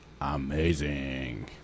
amazing